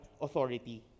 authority